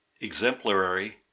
exemplary